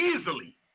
easily